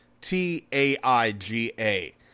T-A-I-G-A